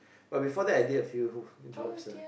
but before that I did a few jobs ah